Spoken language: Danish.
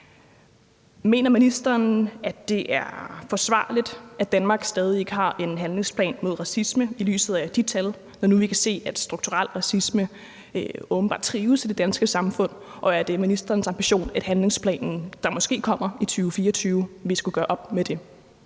Mener ministeren, at det er forsvarligt, at Danmark stadig ikke har en handlingsplan mod racisme, i lyset af de tal, når nu vi kan se, at strukturel racisme åbenbart trives i det danske samfund, og er det ministerens ambition, at handlingsplanen, der måske kommer i 2024, vil skulle gøre op med det?